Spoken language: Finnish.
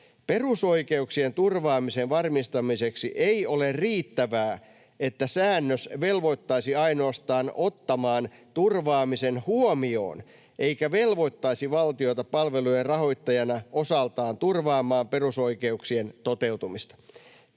Perusoikeuksien turvaamisen varmistamiseksi ei ole riittävää, että säännös velvoittaisi ainoastaan ottamaan turvaamisen huomioon eikä velvoittaisi valtiota palvelujen rahoittajana osaltaan turvaamaan perusoikeuksien toteutumista.”